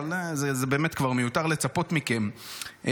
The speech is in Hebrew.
באמת כבר מיותר לצפות מכם.